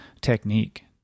technique